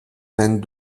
vingt